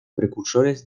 precursores